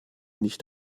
nicht